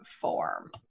form